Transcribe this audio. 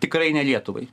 tikrai ne lietuvai